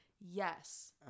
Yes